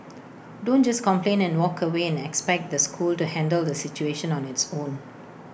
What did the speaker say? don't just complain and walk away and expect the school to handle the situation on its own